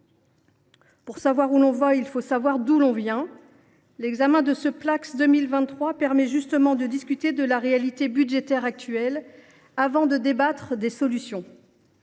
Pour savoir où l’on va, il faut savoir d’où l’on vient. L’examen de ce Placss pour 2023 permet justement de discuter de la réalité budgétaire actuelle, avant de débattre des solutions.